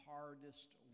hardest